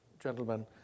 gentlemen